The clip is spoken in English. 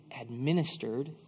administered